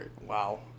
wow